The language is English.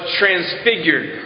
transfigured